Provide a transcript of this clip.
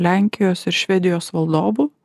lenkijos ir švedijos valdovu